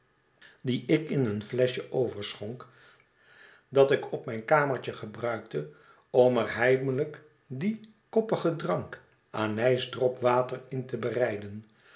dien ik in een fleschje overschonk dat ik op mijn kamertje gebruikte om er heimelijk dien koppigen drank anijs dropwater in te bereiden